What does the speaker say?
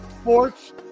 Sports